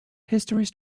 histories